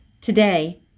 Today